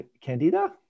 Candida